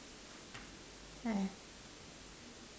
!haiya!